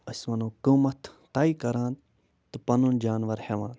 أسۍ وَنو قۭمَتھ طے کران تہٕ پَنُن جانوَر ہٮ۪وان